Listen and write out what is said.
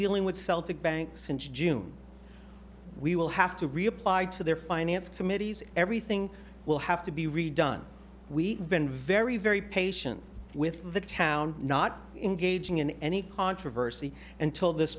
dealing with celtic bank since june we will have to reapply to their finance committees everything will have to be redone we've been very very patient with the town not engaging in any controversy until this